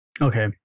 Okay